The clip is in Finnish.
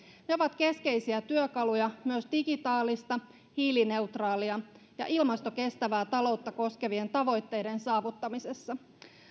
ne ovat keskeisiä työkaluja myös digitaalista hiilineutraalia ja ilmastokestävää taloutta koskevien tavoitteiden saavuttamisessa